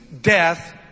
death